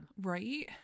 Right